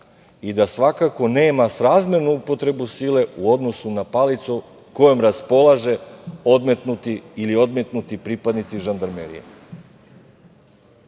i da svakako nema srazmernu upotrebu sile u odnosu na palicu kojom raspolaže odmetnuti ili odmetnuti pripadnici žandarmerije. Sada